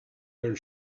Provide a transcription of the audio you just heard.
their